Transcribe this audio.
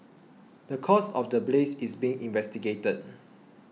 the cause of the blaze is being investigated